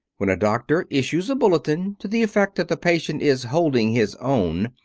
when a doctor issues a bulletin to the effect that the patient is holding his own,